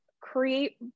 create